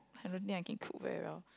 I don't think I can cook very well